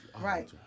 Right